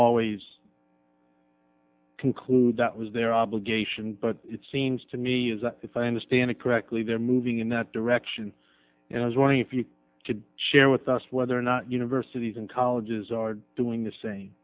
always conclude that was their obligation but it seems to me as if i understand it correctly they're moving in that direction and i was warning if you could share with us whether or not universities and colleges are doing the same